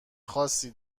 خاصی